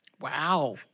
Wow